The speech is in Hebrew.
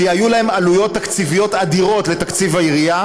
שהיו להן עלויות תקציביות אדירות לתקציב העירייה,